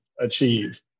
achieve